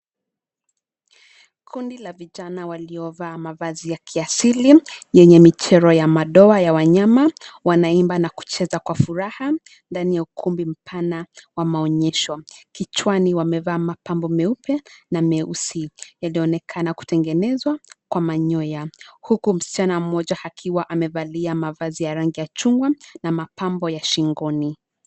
Kundi la vijana waliovaa mavazi ya kiasili, yenye michoro ya madoa ya wanyama, wanaimba na kucheza kwa furaha ndani ya ukumbi mpana wa maonyesho. Kichwani wamevaa mapambo meupe na meusi yalioonekana kutengenezwa na kwa manyoya, huku msichana mmoja akiwa amevalia mavazi ya rangi ya chungwa na mapambo ya shingoni.